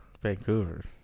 Vancouver